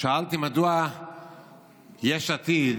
ושאלתי מדוע יש עתיד,